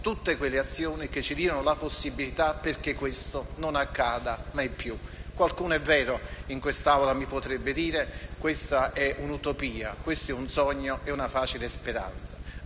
tutte quelle azioni che diano la possibilità che questo non accada mai più. Qualcuno - è vero - in quest'Aula mi potrebbe dire che si tratta di un'utopia, di un sogno, di una facile speranza.